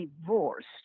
divorced